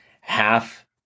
half